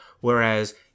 whereas